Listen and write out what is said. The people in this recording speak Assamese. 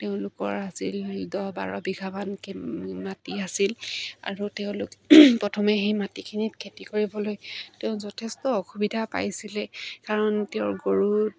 তেওঁলোকৰ আছিল দহ বাৰ বিঘামান মাটি আছিল আৰু তেওঁলোক প্ৰথমে সেই মাটিখিনিত খেতি কৰিবলৈ তেওঁ যথেষ্ট অসুবিধা পাইছিলে কাৰণ তেওঁৰ গৰু